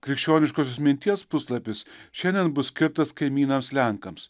krikščioniškosios minties puslapis šiandien bus skirtas kaimynams lenkams